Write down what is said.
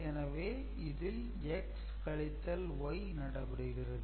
எனவே இதில் x கழித்தல் y நடைபெறுகிறது